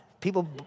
People